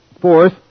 Fourth